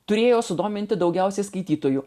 turėjo sudominti daugiausiai skaitytojų